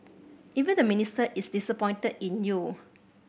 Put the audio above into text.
even the Minister is disappointed in you